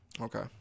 Okay